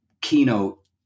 keynote